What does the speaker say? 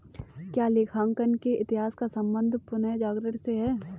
क्या लेखांकन के इतिहास का संबंध पुनर्जागरण से है?